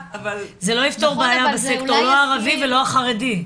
זה לא יפתור את הבעיה לא בסקטור הערבי ולא בסקטור החרדי.